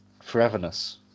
foreverness